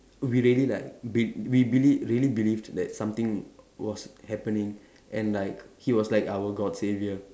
we really like be~ we beli~ really believed that something was happening and like he was like our god saviour